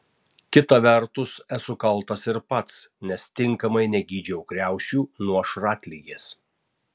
kita vertus esu kaltas ir pats nes tinkamai negydžiau kriaušių nuo šratligės